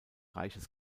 reiches